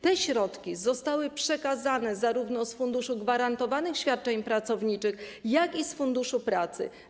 Te środki zostały przekazane zarówno z Funduszu Gwarantowanych Świadczeń Pracowniczych, jak i z Funduszu Pracy.